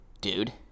dude